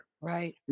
Right